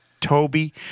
Toby